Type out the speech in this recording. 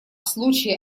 случае